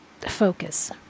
focus